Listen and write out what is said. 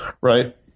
right